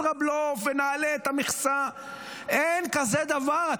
הישראבלוף ונעלה את המכסה, אין דבר כזה.